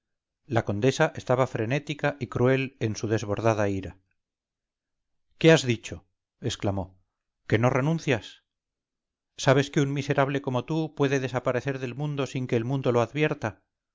la condesa estaba frenética y cruel en su desbordada ira qué has dicho exclamó que no renuncias sabes que un miserable como tú puede desaparecer del mundo sin que el mundo lo advierta